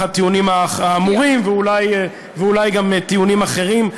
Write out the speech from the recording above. הטיעונים האמורים ואולי גם טיעונים אחרים.